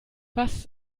was